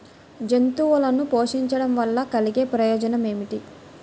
జంతువులను పోషించడం వల్ల కలిగే ప్రయోజనం ఏమిటీ?